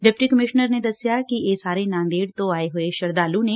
deputy commissioner ਨੇ ਦਸਿਆ ਕਿ ਇਹ ਸਾਰੇ ਨਾਂਦੇੜ ਤੋਂ ਆਏ ਸ਼ਰਧਾਲੁ ਨੇ